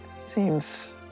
Seems